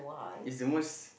it's the most